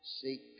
seek